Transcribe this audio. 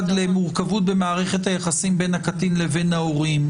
למורכבות במערכת היחסים בין הקטין לבין ההורים,